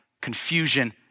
confusion